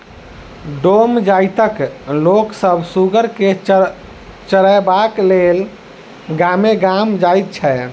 डोम जाइतक लोक सभ सुगर के चरयबाक लेल गामे गाम जाइत छै